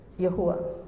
Yahuwah